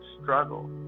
struggle